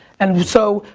and so,